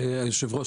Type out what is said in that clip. היושב-ראש,